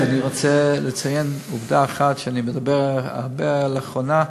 אני רוצה לציין עובדה אחת שאני מדבר הרבה עליה לאחרונה,